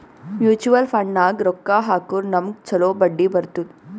mutual ಫಂಡ್ನಾಗ್ ರೊಕ್ಕಾ ಹಾಕುರ್ ನಮ್ಗ್ ಛಲೋ ಬಡ್ಡಿ ಬರ್ತುದ್